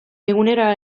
egunero